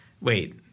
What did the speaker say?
wait